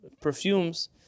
perfumes